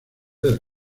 del